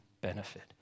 benefit